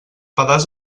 pedaç